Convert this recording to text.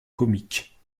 comique